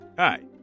Hi